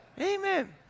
Amen